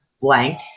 blank